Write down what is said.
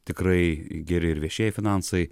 tikrai geri ir viešieji finansai